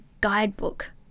guidebook